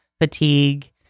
fatigue